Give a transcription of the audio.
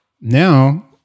now